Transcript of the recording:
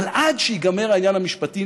אבל עד שייגמר העניין המשפטי,